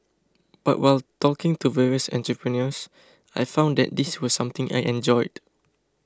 but while talking to various entrepreneurs I found that this was something I enjoyed